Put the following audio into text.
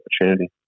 opportunity